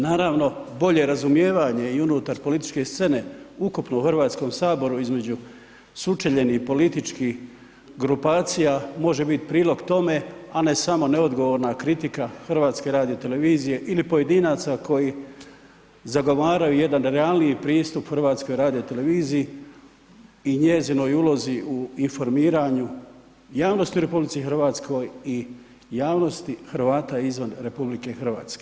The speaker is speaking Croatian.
Naravno, bolje razumijevanje i unutar političke scene ukupno u Hrvatskom saboru između sučeljenih političkih grupacija može biti prilog tome, a ne samo neodgovorna kritika HRT-a ili pojedinaca koji zagovaraju jedan realniji pristup HRT-u i njezinoj ulozi u informiranju javnosti u RH i javnosti Hrvata izvan RH.